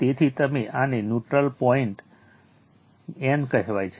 તેથી આને neutral point n કહેવાય છે